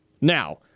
Now